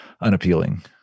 unappealing